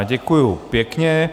Děkuji pěkně.